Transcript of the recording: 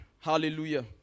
Hallelujah